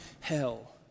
hell